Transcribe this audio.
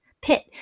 pit